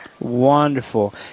Wonderful